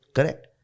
Correct